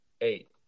Eight